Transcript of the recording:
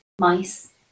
mice